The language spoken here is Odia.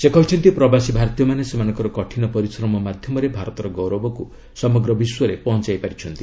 ସେ କହିଛନ୍ତି ପ୍ରବାସୀ ଭାରତୀୟମାନେ ସେମାନଙ୍କର କଠିନ ପରିଶ୍ରମ ମାଧ୍ୟମରେ ଭାରତର ଗୌରବକୁ ସମଗ୍ର ବିଶ୍ୱରେ ପହଞ୍ଚାଇ ପାରିଛନ୍ତି